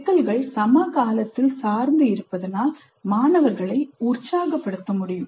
சிக்கல்கள் சமகாலத்தில் சார்ந்து இருப்பதனால் மாணவர்களை உற்சாகப்படுத்த முடியும்